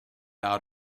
out